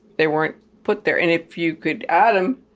they weren't put there and if you could add them,